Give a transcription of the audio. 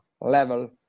level